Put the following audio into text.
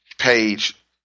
Page